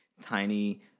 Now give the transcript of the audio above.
tiny